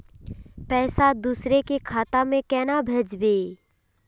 पैसा दूसरे के खाता में केना भेजबे?